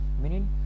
meaning